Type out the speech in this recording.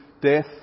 death